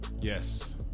Yes